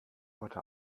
heute